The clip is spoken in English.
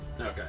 Okay